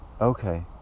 Okay